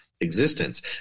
existence